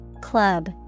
club